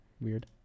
Weird